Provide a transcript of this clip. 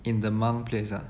in the monk place ah